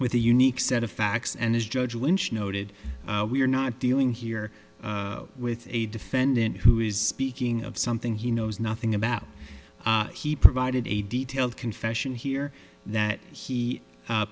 with a unique set of facts and as judge lynch noted we're not dealing here with a defendant who is speaking of something he knows nothing about he provided a detailed confession here that he